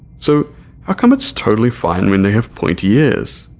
so how come it's totally fine when they have pointy ears?